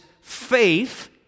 faith